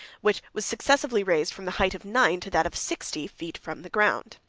which was successively raised from the height of nine, to that of sixty, feet from the ground.